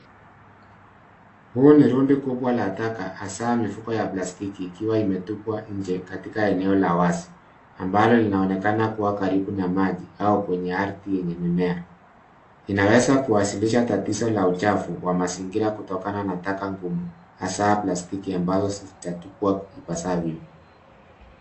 Huu ni rundo kubwa la taka hasa mifuko ya plastiki ikiwa imetupwa nje katika eneo la wazi ambalo linaonekana kuwa karibu na maji au kwenye ardhi yenye mimea. Inaweza kuwasilisha tatizo la uchafu wa mazingira kutokana na taka ngumu hasa plastiki ambazo hazijatupwa ipasavyo.